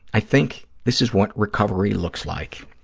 i think this is what recovery looks like.